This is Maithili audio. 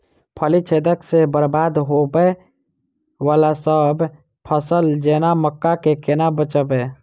फली छेदक सँ बरबाद होबय वलासभ फसल जेना मक्का कऽ केना बचयब?